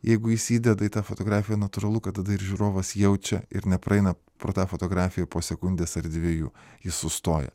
jeigu jis įdeda į tą fotografiją natūralu kad tada ir žiūrovas jaučia ir nepraeina pro tą fotografiją po sekundės ar dviejų jis sustoja